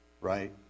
right